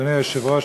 אדוני היושב-ראש,